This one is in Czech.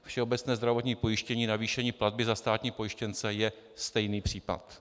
Všeobecné zdravotní pojištění, navýšení platby za státní pojištěnce je stejný případ.